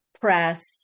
press